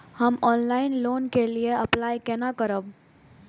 हम online loan के लिए अप्लाई केना करब?